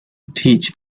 teach